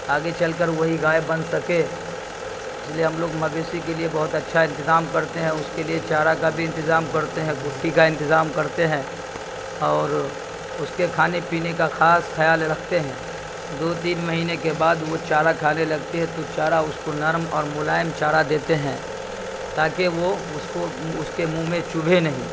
آگے چل کر وہی گائے بن سکے اس لیے ہم لوگ مویشی کے لیے بہت اچھا انتظام کرتے ہیں اس کے لیے چارا کا بھی انتظام کرتے ہیں کٹی کا انتظام کرتے ہیں اور اس کے کھانے پینے کا خاص خیال رکھتے ہیں دو تین مہینے کے بعد وہ چارہ کھانے لگتی ہے تو چارہ اس کو نرم اور ملائم چارہ دیتے ہیں تاکہ وہ اس کو اس کے منہ میں چبھے نہیں